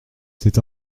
c’est